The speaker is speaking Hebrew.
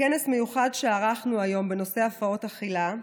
בכנס מיוחד שערכנו היום בנושא הפרעות אכילה,